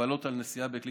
והגבלות על פעילות